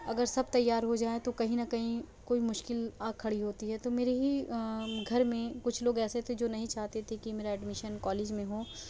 اگر سب تیار ہو جائیں تو کہیں نہ کہیں کوئی مشکل آ کھڑی ہوتی ہے تو میرے ہی گھر میں کچھ لوگ ایسے تھے جو نہیں چاہتے تھے کہ میرا ایڈمیشن کالج میں ہو